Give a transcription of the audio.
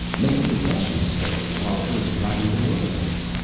maybe the russians stole it while it was riding the whirlwinds.